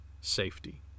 safety